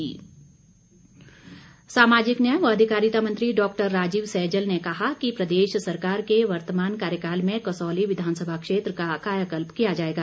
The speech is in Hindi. सैजल सामाजिक न्याय व अधिकारिता मंत्री डॉक्टर राजीव सैजल ने कहा कि प्रदेश सरकार के वर्तमान कार्यकाल में कसौली विधानसभा क्षेत्र का कायाकल्प किया जाएगा